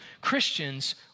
Christians